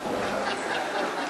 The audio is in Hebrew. פיצול דירות) (הוראת שעה),